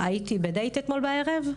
הייתי בדייט אתמול בערב,